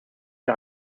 wir